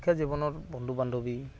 শিক্ষা জীৱনৰ বন্ধু বান্ধৱী